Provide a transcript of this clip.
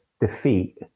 defeat